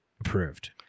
approved